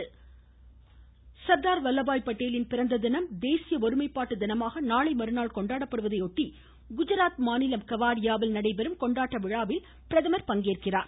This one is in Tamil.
பிரதமர் கெவாடியா சர்தார் வல்லபாய் பட்டேலின் பிறந்த தினம் தேசிய ஒருமைப்பாட்டு தினமாக நாளை மறுநாள் கொண்டாடப்படுவதை ஒட்டி குஜராத் மாநிலம் கெவாடியாவில் நடைபெறும் கொண்டாட்ட விழாவில் பிரதமர் பங்கேற்கிறார்